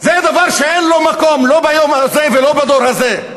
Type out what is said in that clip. זה דבר שאין לו מקום, לא ביום הזה ולא בדור הזה.